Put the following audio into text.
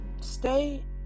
stay